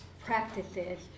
practices